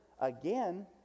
Again